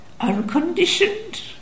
unconditioned